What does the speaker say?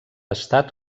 estat